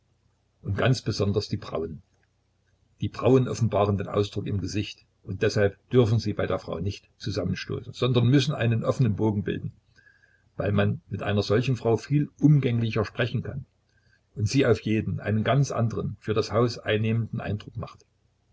und ganz besonders die brauen die brauen offenbaren den ausdruck im gesicht und deshalb dürfen sie bei der frau nicht zusammenstoßen sondern müssen einen offenen bogen bilden weil man mit einer solchen frau viel umgänglicher sprechen kann und sie auf jeden einen ganz anderen für das haus einnehmenden eindruck macht